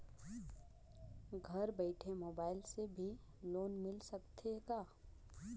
घर बइठे मोबाईल से भी लोन मिल सकथे का?